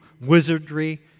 wizardry